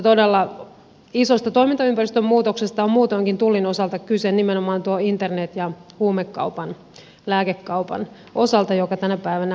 todella isosta toimintaympäristön muutoksesta on muutoinkin tullin osalta kyse nimenomaan internet ja huumekaupan lääkekaupan osalta joka tänä päivänä netissä käy